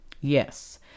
Yes